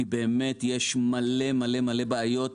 כי באמת יש מלא בעיות,